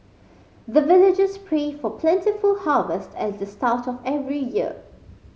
the villagers pray for plentiful harvest at the start of every year